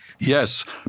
Yes